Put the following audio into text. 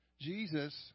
Jesus